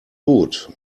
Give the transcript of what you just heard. gut